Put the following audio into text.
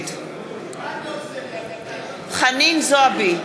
נגד חנין זועבי,